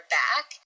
back